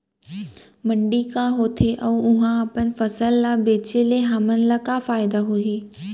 मंडी का होथे अऊ उहा अपन फसल ला बेचे ले हमन ला का फायदा होही?